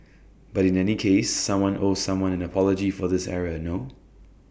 but in any case someone owes someone an apology for this error no